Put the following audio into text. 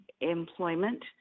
employment